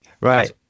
right